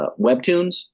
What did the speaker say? Webtoons